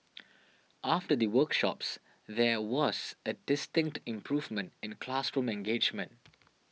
after the workshops there was a distinct improvement in classroom engagement